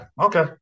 Okay